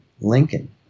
Lincoln